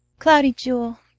cloudy jewel,